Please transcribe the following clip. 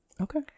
Okay